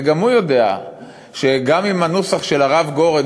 וגם הוא יודע שגם אם הנוסח של הרב גורן,